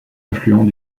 affluent